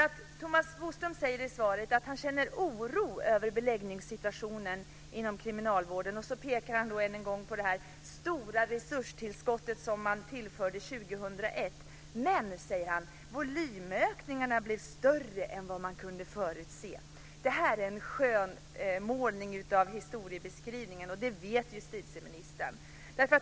Thomas Bodström säger i svaret att han känner oro över beläggningssituationen inom kriminalvården. Så pekar han än en gång på det stora resurstillskottet 2001. Men, säger han, volymökningarna blev större än vad man kunde förutse. Det är en skönmålning i historieskrivningen, och det vet justitieministern.